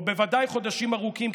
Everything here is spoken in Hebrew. או בוודאי חודשים ארוכים,